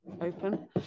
open